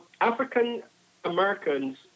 African-Americans